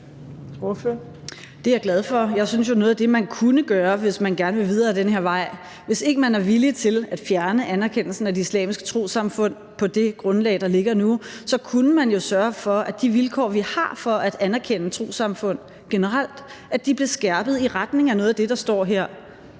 Det er jeg glad for. Jeg synes, at noget af det, man kunne gøre, hvis man gerne vil videre ad den her vej – hvis ikke man er villig til at fjerne anerkendelsen af de islamiske trossamfund på det grundlag, der ligger nu – er at sørge for, at de vilkår, vi har for at anerkende trossamfund generelt, blev skærpet i retning af noget af det, der står her.